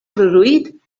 produït